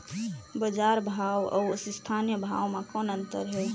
बजार भाव अउ स्थानीय भाव म कौन अन्तर हे?